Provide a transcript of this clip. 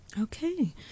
Okay